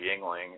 Yingling